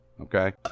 okay